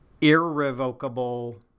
irrevocable